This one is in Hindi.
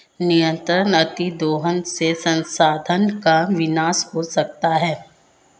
निरंतर अतिदोहन से संसाधन का विनाश हो सकता है